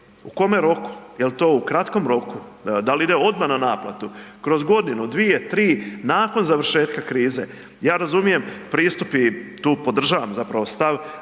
u kome roku? Jel to u kratkom roku? Dal ide odmah na naplatu, kroz godinu, dvije, tri, nakon završetka krize? Ja razumijem, pristup je i tu podržavam zapravo stav,